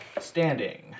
standing